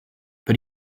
but